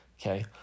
Okay